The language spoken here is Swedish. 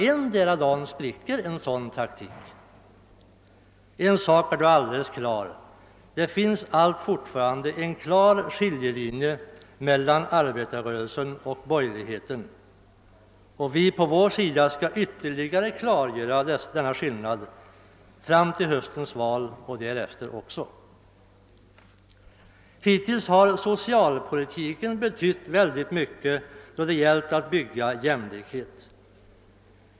Endera dagen spricker en sådan taktik. En sak är dock alldeles klar: Det finns fortfarande en klar skiljelinje mellan arbetarrörelsen och borgerligheten, och vi på vår sida skall ytterligare klargöra denna skillnad fram till höstens val och även därefter. Hittills har socialpolitiken betytt mycket då det gällt att öka jämlikheten.